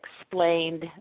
explained